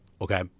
Okay